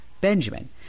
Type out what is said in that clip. Benjamin